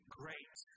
great